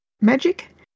magic